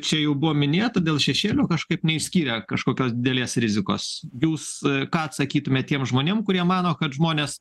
čia jau buvo minėta dėl šešėlio kažkaip neišskyrė kažkokios didelės rizikos jūs ką atsakytumėt tiem žmonėm kurie mano kad žmonės